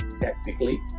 technically